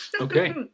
Okay